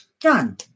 done